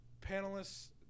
panelists